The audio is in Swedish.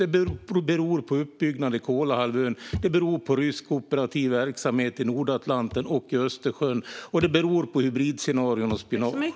Det beror på uppbyggnad på Kolahalvön. Det beror på rysk operativ verksamhet i Nordatlanten och i Östersjön, och det beror på hybridscenarier och spionage.